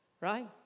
right